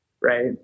Right